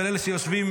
ולאלה שיושבים,